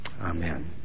Amen